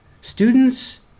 Students